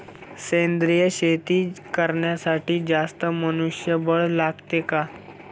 सेंद्रिय शेती करण्यासाठी जास्त मनुष्यबळ लागते का?